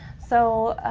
so